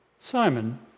Simon